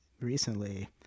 recently